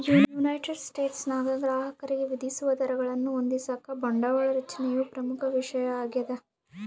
United ಸ್ಟೇಟ್ಸ್ನಾಗ ಗ್ರಾಹಕರಿಗೆ ವಿಧಿಸುವ ದರಗಳನ್ನು ಹೊಂದಿಸಾಕ ಬಂಡವಾಳ ರಚನೆಯು ಪ್ರಮುಖ ವಿಷಯ ಆಗ್ಯದ